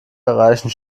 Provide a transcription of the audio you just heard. erreichen